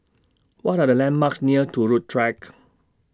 What Are The landmarks near Turut Track